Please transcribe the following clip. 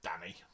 Danny